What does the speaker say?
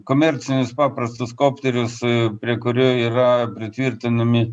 komercinius paprastus kopterius prie kurių yra pritvirtinami